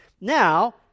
Now